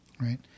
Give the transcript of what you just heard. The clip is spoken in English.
right